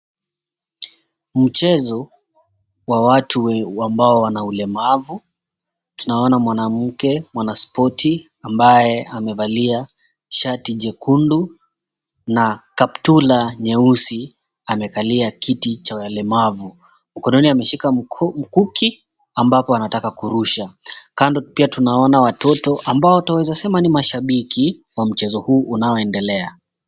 Mchezo wa watu ambao wana ulemavu. Tunaona mwanamke mwanaspoti ambaye amevalia shati jekundu na kaptula nyeusi, amekalia kiti cha walemavu. Mkononi ameshika mkuki ambapo anataka kurusha kando pia tunaona watoto, ambao twaweza sema ni mashabiki wa mchezo huu unaoendelea.